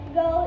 go